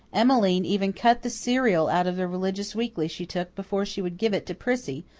emmeline even cut the serial out of the religious weekly she took before she would give it to prissy,